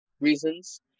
reasons